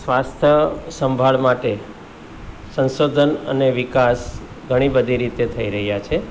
સ્વાસ્થ્ય સંભાળ માટે સંશોધન અને વિકાસ ઘણી બધી રીતે થઈ રહ્યા છે